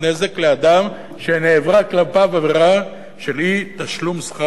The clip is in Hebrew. לאדם שנעברה כלפיו עבירה של אי-תשלום שכר מינימום.